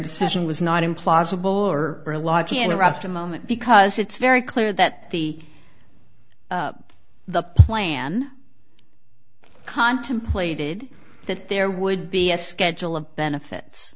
decision was not implausible or illogic interrupt a moment because it's very clear that the the plan contemplated that there would be a schedule of benefits